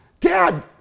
dad